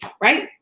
right